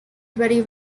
very